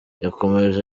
yakomeje